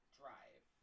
drive